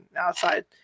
outside